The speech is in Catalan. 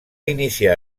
iniciar